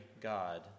God